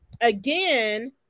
again